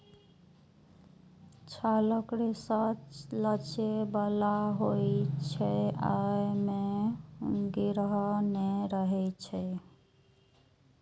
छालक रेशा लचै बला होइ छै, अय मे गिरह नै रहै छै